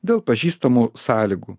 dėl pažįstamų sąlygų